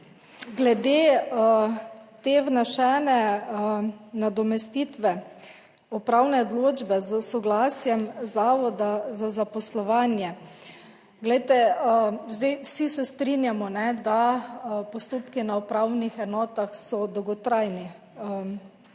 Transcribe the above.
glede te vnesene nadomestitve upravne odločbe s soglasjem Zavoda za zaposlovanje, glejte, zdaj vsi se strinjamo, da postopki na upravnih enotah so dolgotrajni,